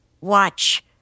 watch